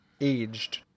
aged